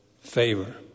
favor